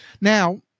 Now